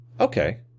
okay